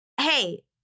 hey